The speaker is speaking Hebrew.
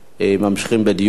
ממשיכים בדיון.